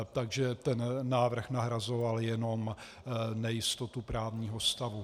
Takže ten návrh nahrazoval jenom nejistotu právního stavu.